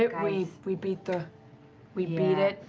it? we we beat the we beat it.